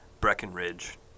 Breckenridge